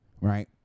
Right